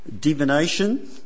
divination